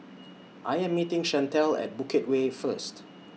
I Am meeting Chantelle At Bukit Way First